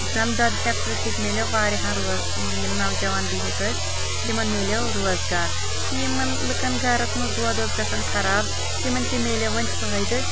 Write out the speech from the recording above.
تمہِ دۄدٕ فیکٹری سۭتۍ مِلیو واریاہن روز یم نوجوان بہتھ أسۍ تمن مِلیو روزگار تہٕ یمن لُکن گرس منٛز دۄد اوس گژھان خراب تمن تہِ مِلیو وۄنۍ فٲیِدٕ